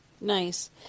Nice